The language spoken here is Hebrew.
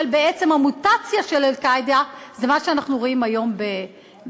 בעצם המוטציה של "אל-קאעידה" זה מה שאנחנו רואים היום ב"דאעש",